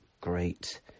great